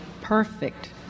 perfect